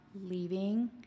leaving